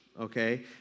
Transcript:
okay